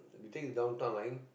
you take Downtown Line